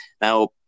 Now